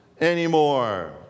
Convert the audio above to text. anymore